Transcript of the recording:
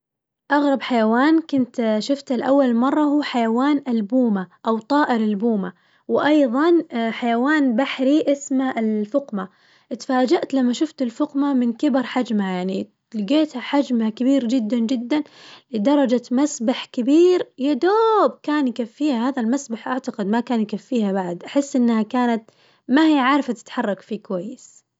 أغرب حيوان كنت شفته لأول مرة هو حيوان البومة، أو طائر البومة وأيظاً حيوان بحري اسمه الفقمة، تفاجأت لما شفت الفقمة من كبر حجمها يعني لقيتها حجمها كبير جداً جداً لدرجة مسبح كبير يا دوب كان يكفيها، هذا المسبح أعتقد ما كان يكفيها بعد أحس إنها كانت ما هي عارفة تتحرك فيه كويس.